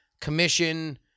commission